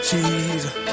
Jesus